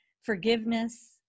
Forgiveness